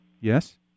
Yes